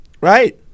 Right